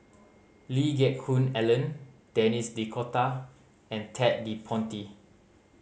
Lee Geck Hoon Ellen Denis D'Cotta and Ted De Ponti